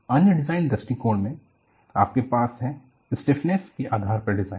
अन्य डिज़ाइन दृष्टिकोण में आपके पास है स्टिफनेस के आधार पर डिजाइन